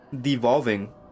devolving